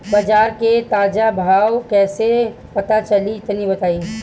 बाजार के ताजा भाव कैसे पता चली तनी बताई?